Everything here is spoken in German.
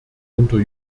unter